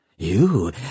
You